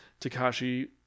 Takashi